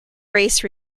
race